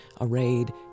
arrayed